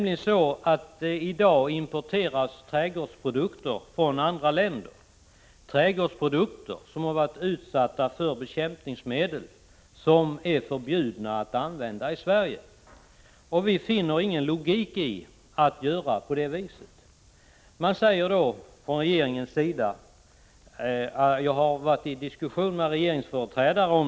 I dag importeras nämligen från andra länder trädgårdsprodukter som varit utsatta för bekämpningsmedel som är förbjudna att användas i Sverige. Vi anser inte att det finns någon logik i detta. Jag har diskuterat förhållandet med regeringsföreträdare.